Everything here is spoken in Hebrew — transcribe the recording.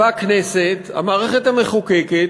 והכנסת, המערכת המחוקקת,